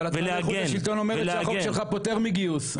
התנועה לאיכות השלטון אומרת שהחוק שלך פוטר מגיוס.